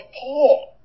paul